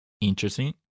Interesting